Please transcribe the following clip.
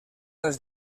els